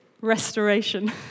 restoration